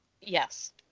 Yes